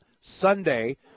Sunday